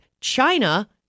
China